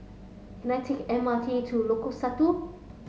can I take M R T to Lengkok Satu